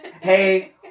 hey